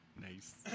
Nice